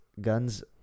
guns